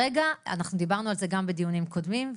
דיברנו על זה בדיונים קודמים,